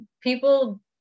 people